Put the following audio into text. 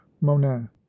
Monin